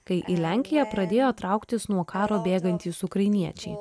kai į lenkiją pradėjo trauktis nuo karo bėgantys ukrainiečiai